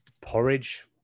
porridge